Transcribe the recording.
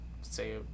say